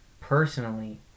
personally